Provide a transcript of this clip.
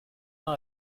dans